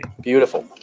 Beautiful